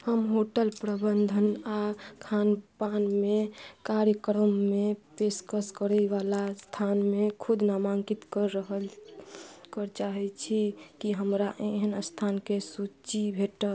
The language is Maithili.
हम होटल प्रबन्धन आओर खानपानमे कार्यक्रममे पेशकश करयवला संस्थानमे खुद नामाङ्कित कऽ रहल चाहय छी की हमरा एहन स्थानके सूची भेटत